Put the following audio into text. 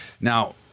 now